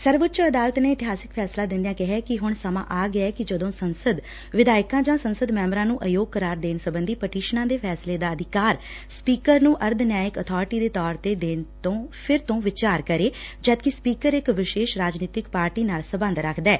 ਸਰਵਉੱਚ ਅਦਾਲਤ ਨੇ ਇਤਿਹਾਸਕ ਫੈਸਲਾ ਦਿੰਦਿਆਂ ਕਿਹੈ ਕਿ ਹੁਣ ਸਮਾਂ ਆ ਗਿਐ ਕਿ ਜਦੋਂ ਸੰਸਦ ਵਿਧਾਇਕਾਂ ਜਾਂ ਸੰਸਦ ਮੈਂਬਰਾਂ ਨੂੰ ਅਯੋਗ ਕਰਾਰ ਦੇਣ ਸਬੰਧੀ ਪਟੀਸ਼ਨਾਂ ਤੇ ਫੈਸਲੇ ਦਾ ਅਧਿਕਾਰ ਸਪੀਕਰ ਨੂੰ ਅਰਧ ਨਿਆਇਕ ਅਬਾਰਟੀ ਦੇ ਤੌਰ ਤੇ ਦੇਣ ਤੋ ਫਿਰ ਤੋ ਵਿਚਾਰ ਕਰੇ ਜਦਕਿ ਸਪੀਕਰ ਇਕ ਵਿਸ਼ੇਸ਼ ਰਾਜਨੀਤਿਕ ਪਾਰਟੀ ਨਾਲ ਸਬੰਧ ਰੱਖਦੈ